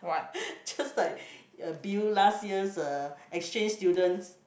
just like uh Bill last year's uh exchange students